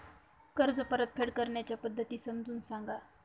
कर्ज परतफेड करण्याच्या पद्धती समजून सांगा